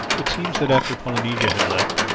it seems that after polynesia had left,